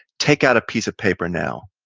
take out a piece of paper now,